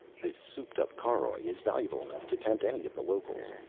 this souped-up caroj is valuable enough to tempt any of the locals,